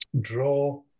draw